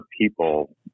people